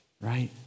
right